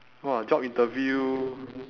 !wah! job interview